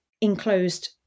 enclosed